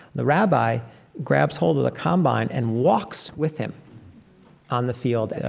the rabbi grabs hold of the combine and walks with him on the field.